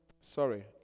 sorry